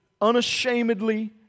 unashamedly